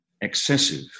excessive